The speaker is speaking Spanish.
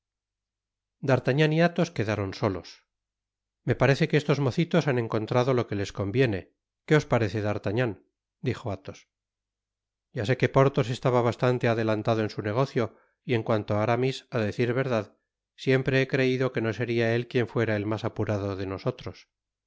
y athos quedaron solos me parece que estos mocitos han encontrado lo que les conviene que os parece d'artagnan dijo athos ya sé que porthos estaba bastante adelantado en su negocio y en cuanto á aramis á decir verdad siempre he creido que no seria él quien fuera el mas apurado de nosotros